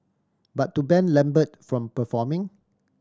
but to ban Lambert from performing